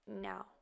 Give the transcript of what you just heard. now